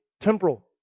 temporal